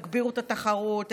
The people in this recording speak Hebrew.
תגבירו את התחרות,